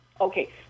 Okay